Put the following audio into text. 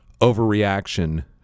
overreaction